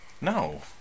No